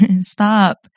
Stop